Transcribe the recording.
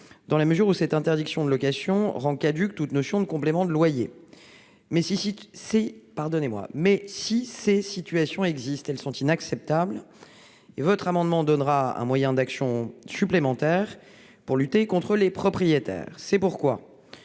dans la mesure où cette interdiction de location rend superflue la question du complément de loyer. Cependant, si ces situations existent, elles sont inacceptables : votre amendement donnera un moyen d'action supplémentaire pour lutter contre les propriétaires. Pour